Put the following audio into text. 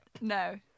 No